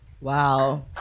wow